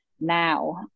now